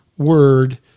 word